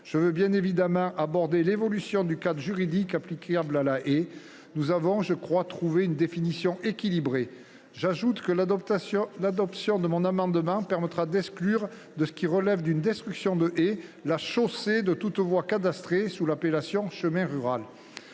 Je veux bien évidemment aborder l’évolution du cadre juridique applicable à la haie. Nous avons, je crois, retenu une définition équilibrée. J’ajoute que l’adoption de mon amendement permettra d’exclure de ce qui relève d’une destruction de haies la chaussée de toute voie cadastrée sous l’appellation « chemin rural ».